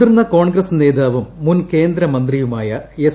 മുതിർന്ന കോൺഗ്രസ് നേതാവും മുൻ കേന്ദ്ര മന്ത്രിയുമായ എസ്